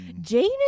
Jane